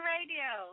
Radio